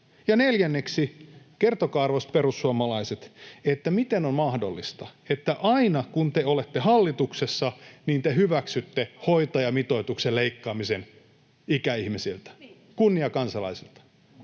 Neljänneksi: Kertokaa, arvoisat perussuomalaiset, miten on mahdollista, että aina kun te olette hallituksessa, te hyväksytte hoitajamitoituksen leikkaamisen ikäihmisiltä, kunniakansalaisilta.